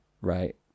right